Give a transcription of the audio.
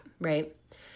Right